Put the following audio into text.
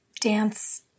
dance-